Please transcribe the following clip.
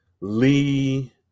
lee